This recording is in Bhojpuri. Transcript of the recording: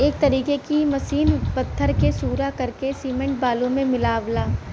एक तरीके की मसीन पत्थर के सूरा करके सिमेंट बालू मे मिलावला